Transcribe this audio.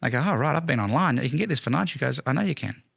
like, oh right, i've been online, you can get this for nights you guys, i know you can,